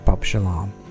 Shalom